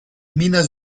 minas